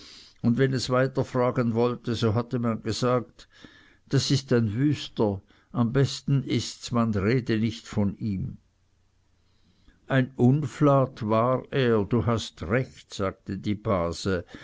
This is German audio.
und wenn es weiterfragen wollte so hatte man gesagt das ist ein wüster am besten ists man rede nicht von ihm ein unflat war er du hast recht sagte die base